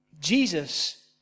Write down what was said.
Jesus